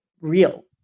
real